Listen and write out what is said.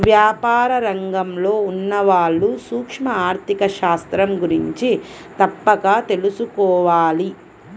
వ్యాపార రంగంలో ఉన్నవాళ్ళు సూక్ష్మ ఆర్ధిక శాస్త్రం గురించి తప్పక తెలుసుకోవాలి